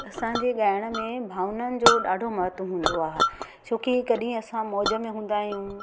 असांजे ॻाइण में भावनाऊंनि जो ॾाढो महत्व हूंदो आहे छो की कॾहिं असां मौज़ में हूंदा आहियूं